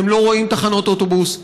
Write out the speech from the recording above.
אתם לא רואים תחנות אוטובוס,